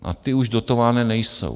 A ty už dotované nejsou.